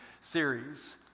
series